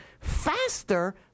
Faster